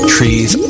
Trees